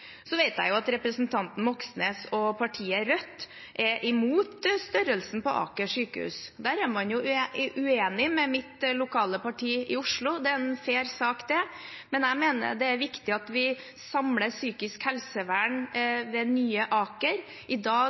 Så vet jeg at representanten Moxnes og partiet Rødt er imot størrelsen på Aker sykehus. Der er man uenig med mitt lokale parti i Oslo, og det er en fair sak. Jeg mener det er viktig at vi samler psykisk helsevern ved nye Aker. I dag